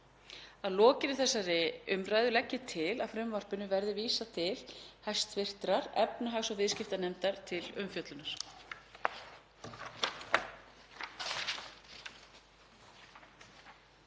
Að lokinni þessari umræðu legg ég til að frumvarpinu verði vísað til hæstv. efnahags- og viðskiptanefndar til umfjöllunar.